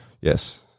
Yes